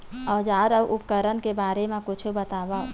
औजार अउ उपकरण के बारे मा कुछु बतावव?